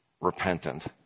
repentant